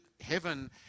heaven